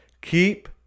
keep